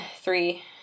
three